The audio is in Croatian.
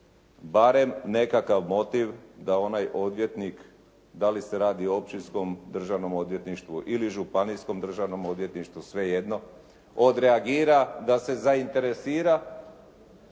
barem nekakav motiv da onaj odvjetnik, da li se radi o općinskom državnom odvjetništvu ili županijskom državnom odvjetništvu, svejedno odreagira da se zainteresira